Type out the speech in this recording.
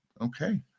okay